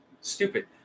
Stupid